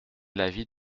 l’avis